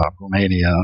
Romania